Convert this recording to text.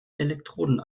elektroden